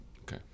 Okay